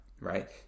right